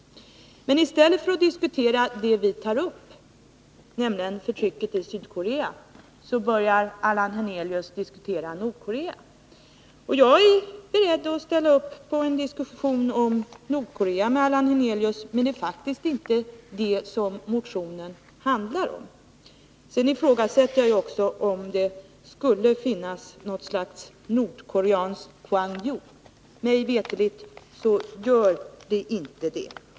Men i stället för att diskutera det vi tar upp, nämligen förtrycket i Sydkorea, börjar Allan Hernelius diskutera Nordkorea. Jag är beredd att ställa upp på en diskussion om Nordkorea med Allan Hernelius, men det är faktiskt inte detta som motionen handlar om. Sedan ifrågasätter vi också om det skulle finnas något slags nordkoreanskt Kwangju. Mig veterligt gör det det inte.